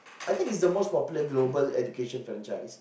I think it's the most popular global education franchise